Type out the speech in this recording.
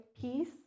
peace